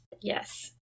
Yes